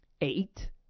eight